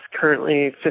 currently